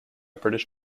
british